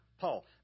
Paul